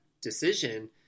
decision